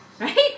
right